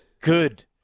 good